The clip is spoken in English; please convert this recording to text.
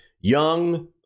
young